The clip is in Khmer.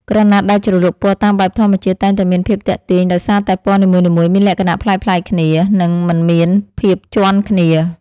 ក្រណាត់ដែលជ្រលក់ពណ៌តាមបែបធម្មជាតិ តែងតែមានភាពទាក់ទាញដោយសារតែពណ៌នីមួយៗមានលក្ខណៈប្លែកៗគ្នា និង មិនមានភាពជាន់គ្នា។